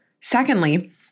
Secondly